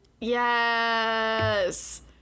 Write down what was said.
Yes